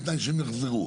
בתנאי שהם יחזרו.